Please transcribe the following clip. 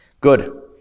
Good